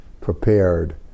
prepared